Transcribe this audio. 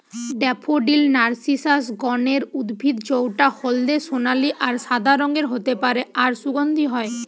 daffodil narcissus গণের উদ্ভিদ জউটা হলদে সোনালী আর সাদা রঙের হতে পারে আর সুগন্ধি হয়